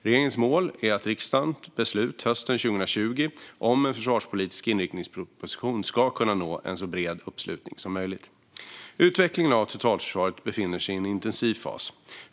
Regeringens mål är att riksdagens beslut hösten 2020 om en försvarspolitisk inriktningsproposition ska kunna nå en så bred uppslutning som möjligt. Utvecklingen av totalförsvaret befinner sig i en intensiv fas.